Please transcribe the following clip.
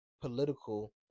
political